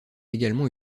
également